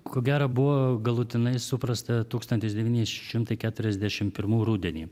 ko gera buvo galutinai suprasta tūkstantis devyni šimtai keturiasdešimt pirmų rudenį